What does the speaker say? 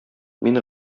мин